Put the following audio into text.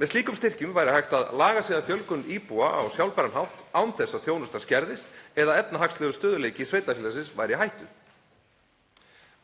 Með slíkum styrkjum væri hægt að laga sig að fjölgun íbúa á sjálfbæran hátt án þess að þjónustan skerðist eða efnahagslegur stöðugleiki sveitarfélagsins sé í hættu.